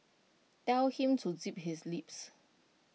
tell him to zip his lips